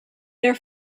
their